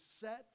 set